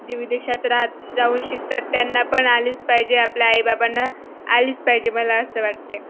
जे विदेशात रा जाऊन शिकतात त्यांना पण आलीच पाहिजे आपल्या आईबाबांना आलीच पाहिजे मला असं वाटतं आहे